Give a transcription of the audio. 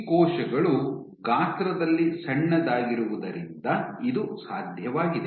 ಈ ಕೋಶಗಳು ಗಾತ್ರದಲ್ಲಿ ಸಣ್ಣದಾಗಿರುವುದರಿಂದ ಇದು ಸಾಧ್ಯವಾಗಿದೆ